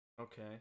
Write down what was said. okay